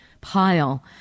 pile